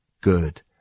good